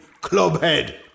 Clubhead